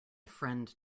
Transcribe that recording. friend